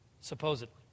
supposedly